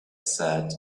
said